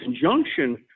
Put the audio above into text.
conjunction